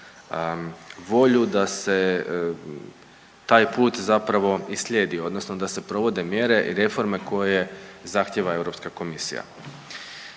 volju da se taj put zapravo i slijedi odnosno da se provode mjere i reforme koje zahtjeva Europska komisija.